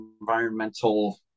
environmental